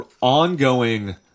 ongoing